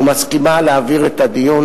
ומסכימה להעביר את הדיון,